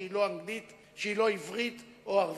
שהיא לא עברית ולא ערבית.